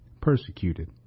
persecuted